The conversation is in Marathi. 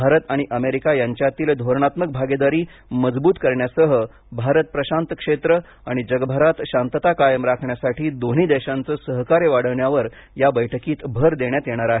भारत आणि अमेरिका यांच्यातील धोरणात्मक भागीदारी मजबूत करण्यासह भारत प्रशांत क्षेत्र आणि जगभरात शांतता कायम राखण्यासाठी दोन्ही देशांचे सहकार्य वाढवण्यावर या बैठकीत भर देण्यात येणार आहे